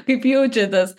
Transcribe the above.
kaip jaučiatės